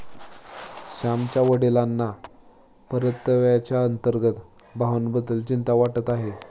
श्यामच्या वडिलांना परताव्याच्या अंतर्गत भावाबद्दल चिंता वाटत आहे